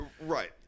Right